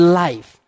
life